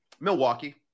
Milwaukee